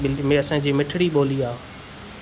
में असांजी मिठाड़ी ॿोली आहे